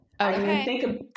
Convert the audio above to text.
Okay